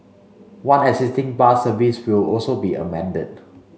one existing bus service will also be amended